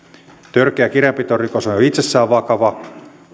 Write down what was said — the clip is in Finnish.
törkeä kirjanpitorikos on jo itsessään vakava